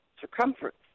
circumference